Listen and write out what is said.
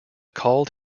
called